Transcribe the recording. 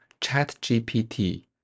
ChatGPT